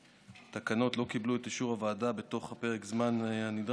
אם התקנות לא קיבלו את אישור הוועדה בתוך פרק הזמן נדרש,